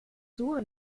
suche